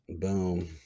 Boom